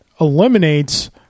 eliminates